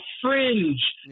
fringe